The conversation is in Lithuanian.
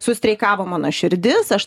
sustreikavo mano širdis aš